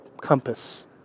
compass